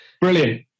Brilliant